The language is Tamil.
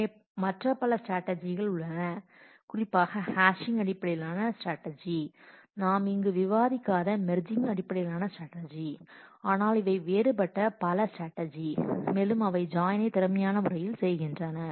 எனவே மற்ற பல ஸ்ட்ராட்டஜி உள்ளன குறிப்பாக ஹேஷிங் அடிப்படையிலான ஸ்ட்ராட்டஜி நாம் இங்கு விவாதிக்காத மெர்ஜிங் அடிப்படையிலான ஸ்ட்ராட்டஜி ஆனால் அவை வேறுபட்ட பல ஸ்ட்ராட்டஜி மேலும் அவை ஜாயினை திறமையான முறையில் செய்கின்றன